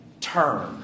Turn